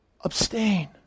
abstain